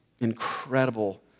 Incredible